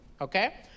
Okay